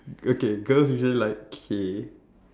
okay girls usually like K